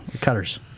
Cutters